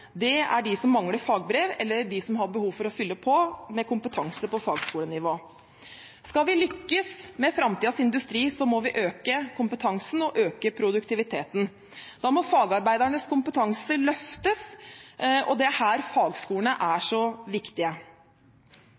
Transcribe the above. er de som mangler fagbrev, eller de som har behov for å fylle på med kompetanse på fagskolenivå. Skal vi lykkes med framtidens industri, må vi øke kompetansen og øke produktiviteten. Da må fagarbeidernes kompetanse løftes, og det er her fagskolene er så viktige.